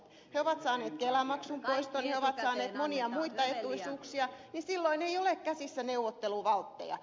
he ovat saaneet kelamaksun poiston he ovat saaneet monia muita etuisuuksia ja silloin ei ole käsissä neuvotteluvaltteja